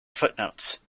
footnotes